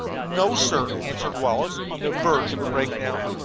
no, sir, answered wallace, on the verge of a breakdown.